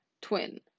Twin